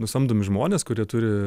nusamdomi žmonės kurie turi